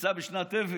נמצא בשנת אבל.